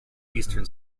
eastern